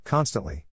Constantly